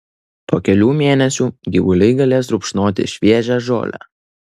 po kelių mėnesių gyvuliai galės rupšnoti šviežią žolę